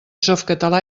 softcatalà